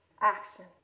Action